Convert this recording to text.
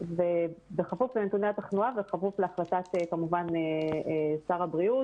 ובכפוף לנתוני התחלואה וכמובן בכפוף להחלטת שר הבריאות